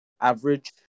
average